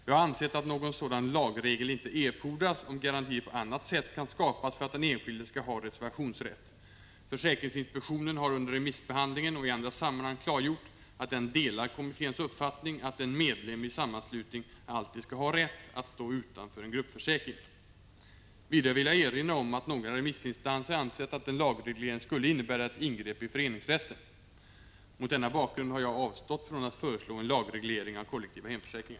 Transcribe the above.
Jag har ansett att någon sådan lagregel inte erfordras om garantier på annat sätt kan skapas för att den enskilde skall ha reservationsrätt. Försäkringsinspektionen har under remissbehandlingen och i andra sammanhang klargjort att den delar kommitténs uppfattning att en medlem i en sammanslutning alltid skall ha rätt att stå utanför en gruppförsäkring. Vidare vill jag erinra om att några remissinstanser ansett att en lagreglering skulle innebära ett ingrepp i föreningsrätten. Mot denna bakgrund har jag avstått från att föreslå en lagreglering av kollektiva hemförsäkringar.